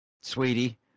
sweetie